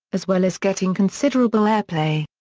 as well as getting considerable airplay.